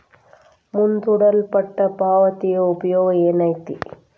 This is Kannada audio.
ಮುಂದೂಡಲ್ಪಟ್ಟ ಪಾವತಿಯ ಉಪಯೋಗ ಏನೈತಿ